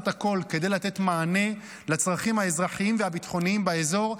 הכול כדי לתת מענה לצרכים האזרחיים והביטחוניים באזור,